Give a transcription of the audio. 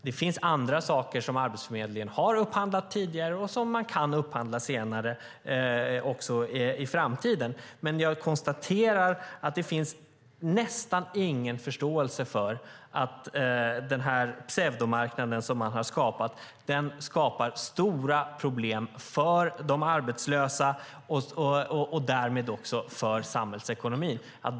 Det finns saker som Arbetsförmedlingen har upphandlat tidigare och kan upphandla också i framtiden, men jag konstaterar att det nästan inte finns någon förståelse för att den pseudomarknad som har skapats medför stora problem för de arbetslösa och därmed för samhällsekonomin.